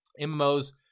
MMOs